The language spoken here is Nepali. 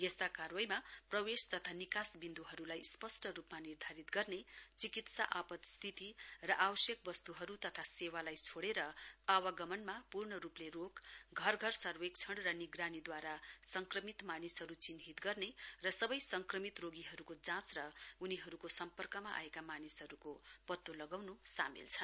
यस्ता कार्वाहीमा प्रवेश तथा विकास विन्द्रहरूलाई स्पष्ट रूपमा निर्धारित गर्ने चिकित्सा आपत स्थिति र आवश्यक वस्तुहरू तथा सेवालाई छोडेर आवागमन मा पूर्ण रूपले रोक घर घर सर्वेक्षण र निगरानीद्व रा संक्रमित मानिसहरू चिन्हित गर्ने र सबै संक्रमित रोगीहरूको जांच र उनीहरूको सम्पर्कमा आएका मानिसहरूको पत्तो लगाउनु सामेल छ